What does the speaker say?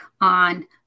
on